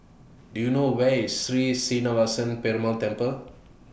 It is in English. Do YOU know Where IS Sri Srinivasa Perumal Temple